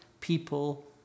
people